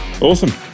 awesome